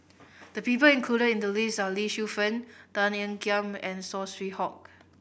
the people included in the list are Lee Shu Fen Tan Ean Kiam and Saw Swee Hock